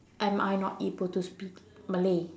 am I not able to speak Malay